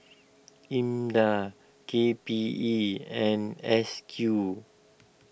Imda K P E and S Q